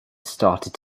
started